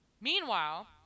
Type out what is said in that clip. Meanwhile